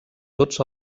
tots